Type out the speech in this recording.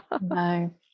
no